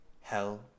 hell